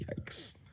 Yikes